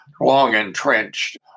long-entrenched